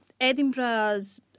Edinburgh's